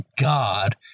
God